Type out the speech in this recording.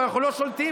אבל אנחנו לא שולטים,